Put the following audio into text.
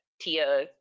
tia